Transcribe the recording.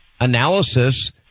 analysis